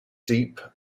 deep